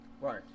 right